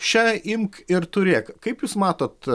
še imk ir turėk kaip jūs matot